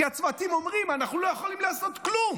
כי הצוותים אומרים: אנחנו לא יכולים לעשות כלום.